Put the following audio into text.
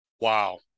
Wow